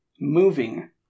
moving